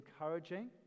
encouraging